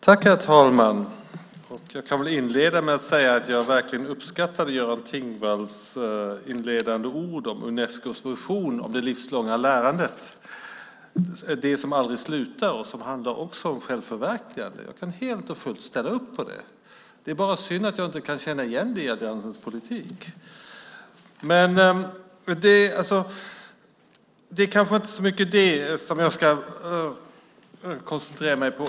Herr talman! Jag kan inleda med att säga att jag verkligen uppskattade Göran Thingwalls inledande ord om Unescos definition av det livslånga lärandet, det som aldrig slutar och som också handlar om självförverkligande. Jag kan helt och fullt ställa upp på det. Det är bara synd att jag inte kan känna igen det i alliansens politik. Det kanske inte är så mycket det som jag ska koncentrera mig på.